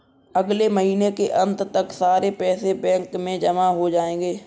अगले महीने के अंत तक सारे पैसे बैंक में जमा हो जायेंगे